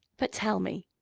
but tell me,